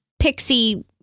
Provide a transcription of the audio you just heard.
pixie